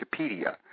Wikipedia